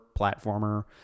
platformer